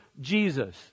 Jesus